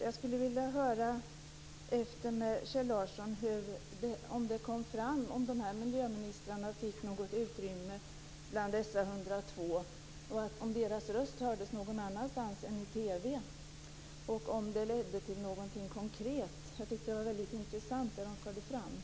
Jag skulle vilja höra efter med Kjell Larsson om de här miljöministrarna fick något utrymme bland dessa 102, om deras röster hördes någon annanstans än i TV och om det ledde till någonting konkret. Jag tyckte att det som de förde fram var väldigt intressant.